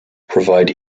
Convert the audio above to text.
provide